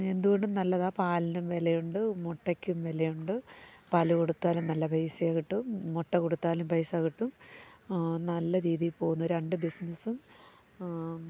എന്തുകൊണ്ടും നല്ലതാണ് പാലിനും വിലയുണ്ട് മുട്ടയ്ക്കും വിലയുണ്ട് പാലു കൊടുത്താലും നല്ല പൈസകിട്ടും മുട്ട കൊടുത്താലും പൈസ കിട്ടും നല്ല രീതിയിൽ പോകുന്നു രണ്ട് ബിസിനസ്സും